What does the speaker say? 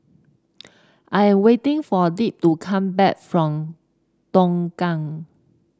I'm waiting for Dick to come back from Tongkang